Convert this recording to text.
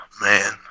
Man